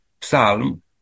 psalm